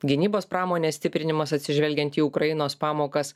gynybos pramonės stiprinimas atsižvelgiant į ukrainos pamokas